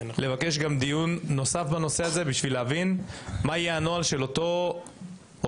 לבקש גם דיון נוסף בנושא הזה כדי להבין מה יהיה הנוהל של אותו אדם